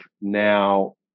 now